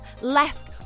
left